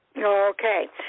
Okay